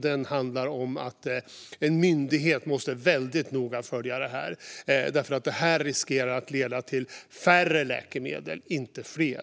Den handlar om att en myndighet väldigt noga måste följa detta eftersom det riskerar att leda till färre läkemedel, inte fler.